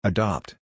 Adopt